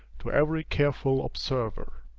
to every careful observer.